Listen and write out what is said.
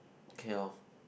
ya